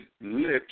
lips